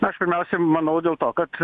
aš pirmiausia manau dėl to kad